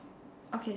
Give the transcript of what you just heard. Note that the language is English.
okay